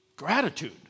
Gratitude